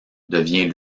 devient